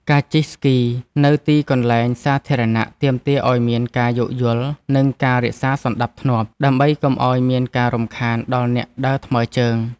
ការជិះស្គីនៅទីកន្លែងសាធារណៈ ទាមទារឱ្យមានការយោគយល់ និងការរក្សាសណ្ដាប់ធ្នាប់ ដើម្បីកុំឱ្យមានការរំខានដល់អ្នកដើរថ្មើរជើង។